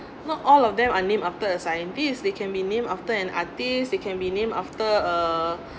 not all of them are named after a scientist they can be named after an artist they can be named after uh